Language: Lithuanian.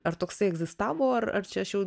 ar toksai egzistavo ar ar čia aš jau